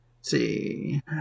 see